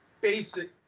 basic